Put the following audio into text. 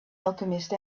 alchemist